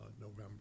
November